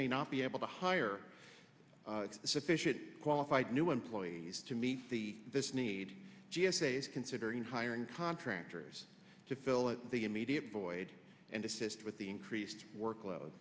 may not be able to hire sufficient qualified new employees to meet the this needs g s a is considering hiring contractors to fill the immediate void and assist with the increased workload